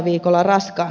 viikolla raskaana